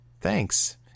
Thanks